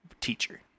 teacher